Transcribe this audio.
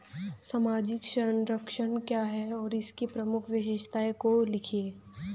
सामाजिक संरक्षण क्या है और इसकी प्रमुख विशेषताओं को लिखिए?